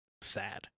sad